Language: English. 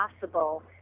possible